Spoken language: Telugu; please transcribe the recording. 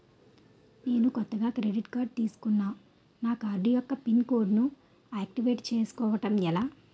నేను కొత్తగా క్రెడిట్ కార్డ్ తిస్కున్నా నా కార్డ్ యెక్క పిన్ కోడ్ ను ఆక్టివేట్ చేసుకోవటం ఎలా?